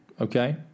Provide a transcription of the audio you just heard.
Okay